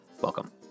Welcome